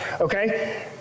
okay